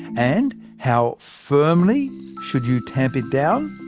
and how firmly should you tamp it down?